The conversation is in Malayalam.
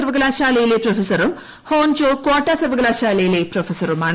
സർവകലാശാലയിലെ പ്രൊഫസറും ഹോൻജോ കോട്ടോ സർവകലാശാലയിലെ പ്രൊഫസറുമാണ്